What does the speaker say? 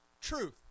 truth